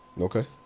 okay